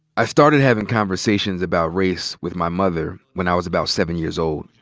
i started having conversations about race with my mother when i was about seven years old.